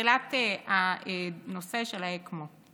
בתחילת הנושא של האקמו.